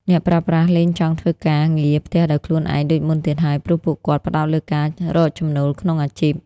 អ្នកប្រើប្រាស់លែងចង់ធ្វើការងារផ្ទះដោយខ្លួនឯងដូចមុនទៀតហើយ ព្រោះពួកគាត់ផ្ដោតលើការរកចំណូលក្នុងអាជីព។